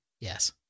Yes